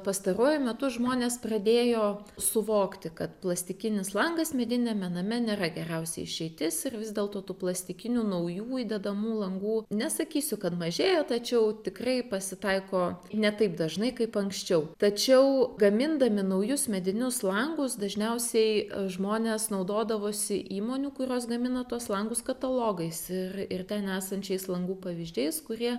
pastaruoju metu žmonės pradėjo suvokti kad plastikinis langas mediniame name nėra geriausia išeitis ir vis dėlto tų plastikinių naujų įdedamų langų nesakysiu kad mažėja tačiau tikrai pasitaiko ne taip dažnai kaip anksčiau tačiau gamindami naujus medinius langus dažniausiai žmonės naudodavosi įmonių kurios gamina tuos langus katalogais ir ir ten esančiais langų pavyzdžiais kurie